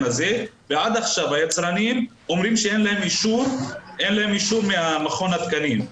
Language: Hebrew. הזה ועד עכשיו היצרנים אומרים שאין להם אישור ממכון התקנים.